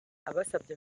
abasabye